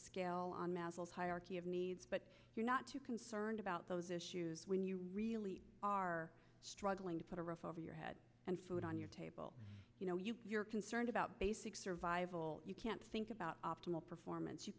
medals hierarchy of needs but you're not too concerned about those issues when you really are struggling to put a roof over your head and food on your table you're concerned about basic survival you can't think about optimal performance you